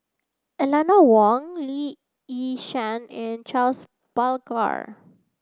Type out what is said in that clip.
Eeleanor Wong Lee Yi Shyan and Charles Paglar